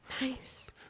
Nice